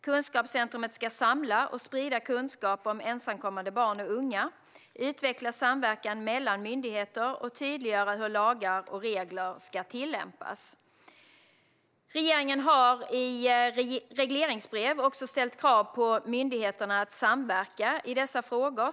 Kunskapscentrumet ska samla och sprida kunskap om ensamkommande barn och unga, utveckla samverkan mellan myndigheter och tydliggöra hur lagar och regler ska tillämpas. Regeringen har i regleringsbrev också ställt krav på myndigheterna att samverka i dessa frågor.